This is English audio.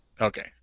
Okay